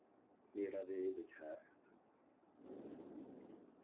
मेरा ते एह् विचार ऐ